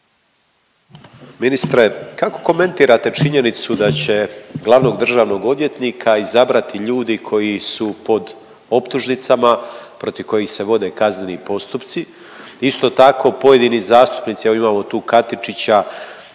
Ministre, kako komentirate činjenicu da će glavnog državnog odvjetnika izabrati ljudi koji su pod optužnicama, protiv kojih se vode kazneni postupci, isto tako pojedini zastupnici, evo imamo tu Katičića